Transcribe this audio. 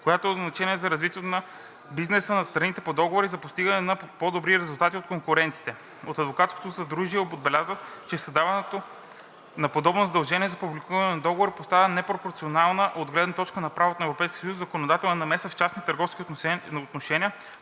която е от значение за развитието на бизнеса на страните по договора и за постигане на по-добри резултати от конкурентите. От адвокатското съдружие отбелязват, че създаването на подобно задължение за публикуване на договори представлява непропорционална от гледна точка на правото на Европейския съюз законодателна намеса в частните търговски отношения,